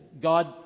God